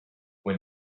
when